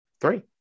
three